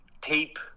tape